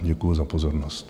Děkuju za pozornost.